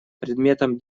предметом